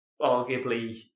arguably